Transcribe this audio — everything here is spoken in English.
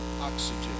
oxygen